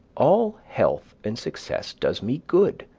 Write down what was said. all health and success does me good,